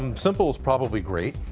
um simple is probably great.